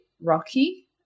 rocky